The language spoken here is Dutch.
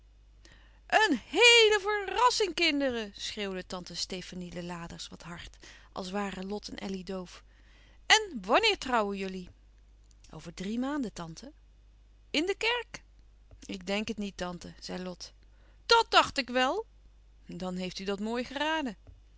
een heele verrassing kinderen schreeuwde tante stefanie de laders wat hard als waren lot en elly doof en wanneer trouwen jullie over drie maanden tante in de kerk ik denk het niet tante zei lot dat dacht ik wel dan heeft u dat mooi geraden